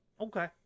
okay